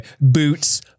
Boots